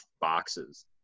boxes